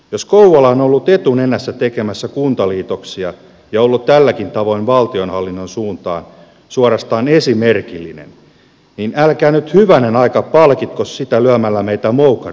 jos kouvola on ollut etunenässä tekemässä kuntaliitoksia ja ollut tälläkin tavoin valtionhallinnon suuntaan suorastaan esimerkillinen niin älkää nyt hyvänen aika palkitko sitä lyömällä meitä moukarilla naamaan